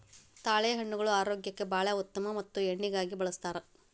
ತಾಳೆಹಣ್ಣುಗಳು ಆರೋಗ್ಯಕ್ಕೆ ಬಾಳ ಉತ್ತಮ ಮತ್ತ ಎಣ್ಣಿಗಾಗಿ ಬಳ್ಸತಾರ